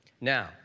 Now